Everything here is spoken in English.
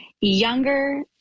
younger